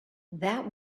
that